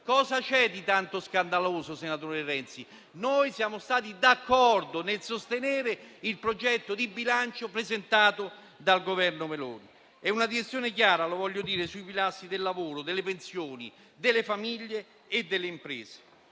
Cosa c'è di tanto scandaloso, senatore Renzi? Noi siamo stati d'accordo nel sostenere il progetto di bilancio presentato dal Governo Meloni, che segue una direzione chiara quanto ai pilastri del lavoro, delle pensioni, delle famiglie e delle imprese.